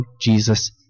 Jesus